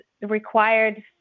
required